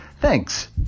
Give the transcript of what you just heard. Thanks